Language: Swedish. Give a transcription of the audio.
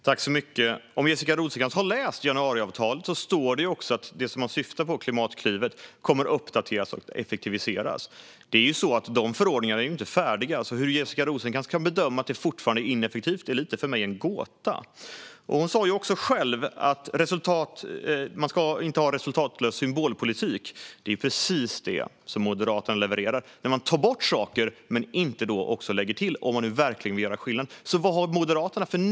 Fru talman! Om Jessica Rosencrantz har läst januariavtalet har hon också sett att det står att det hon syftar på, Klimatklivet, kommer att uppdateras och effektiviseras. Dessa förordningar är ju inte färdiga, så hur Jessica Rosencrantz kan bedöma att detta fortfarande är ineffektivt är för mig lite av en gåta. Hon sa också själv att man inte ska ha resultatlös symbolpolitik. Det är dock precis detta som Moderaterna levererar. Man tar bort saker men lägger inte till något. Varför gör man det om man nu verkligen vill göra skillnad? Vilka nya förslag har Moderaterna?